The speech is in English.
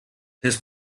his